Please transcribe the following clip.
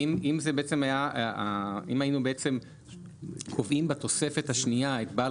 כי אם היינו בעצם קובעים בתוספת השנייה את "בעל